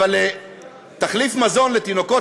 אבל על תחליף מזון לתינוקות,